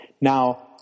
Now